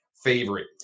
Favorite